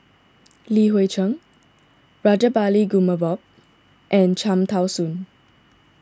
Li Hui Cheng Rajabali Jumabhoy and Cham Tao Soon